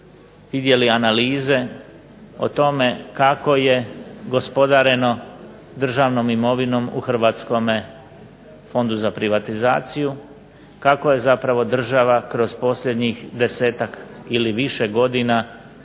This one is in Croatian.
vidjeli analize o tome kako je gospodareno državnom imovinom u Hrvatskom fondu za privatizaciju, kako je zapravo država kroz posljednjih desetak ili više godina